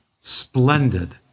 splendid